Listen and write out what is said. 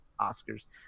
Oscars